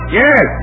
yes